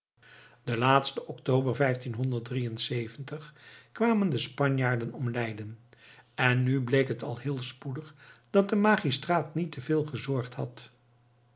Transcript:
den laatsten october kwamen de spanjaarden om leiden en nu bleek het al heel spoedig dat de magistraat niet te veel gezorgd had